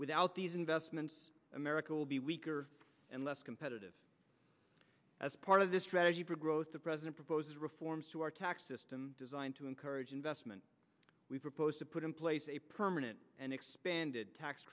without these investments america will be weaker and less competitive as part of the strategy for growth the president proposes reforms to our tax system designed to encourage investment we proposed to put in place a permanent and